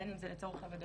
בין אם זה לצורך עבודתו,